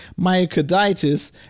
myocarditis